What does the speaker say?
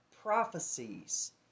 prophecies